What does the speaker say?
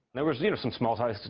there was, you know, some small talk.